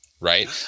right